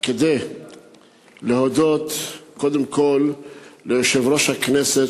כדי להודות קודם כול ליושב-ראש הכנסת,